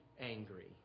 angry